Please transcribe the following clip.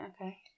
Okay